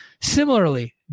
Similarly